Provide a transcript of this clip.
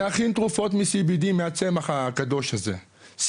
להכין תרופות מ-CBD מהצמח הקדוש הזה,